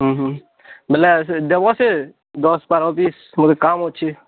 ଉଁ ହୁଁ ବୋଲେ ସେ ଦେବ ସେ ଦଶ୍ ବାର୍ ପିସ୍ ମୋର କାମ୍ ଅଛି